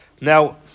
Now